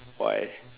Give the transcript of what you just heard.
why